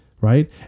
right